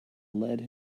lead